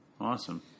Awesome